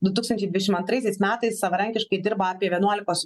du tūkstančiai dvidešimt antraisiais metais savarankiškai dirba apie vienuolikos